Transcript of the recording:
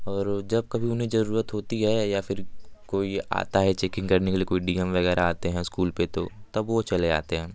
और जब कभी उन्हें ज़रूरत होती है या फिर कोई आता है चेकिंग करने के लिए कोई डी एम वगैरह आते हैं स्कूल पे तो तब वो चले आते हैं